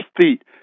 feet